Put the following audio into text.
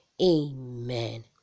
amen